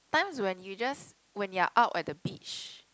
times when you just when your out at the beach